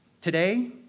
Today